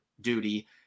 duty